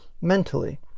mentally